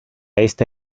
esta